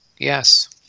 Yes